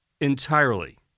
entirely